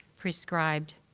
prescribed,